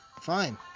Fine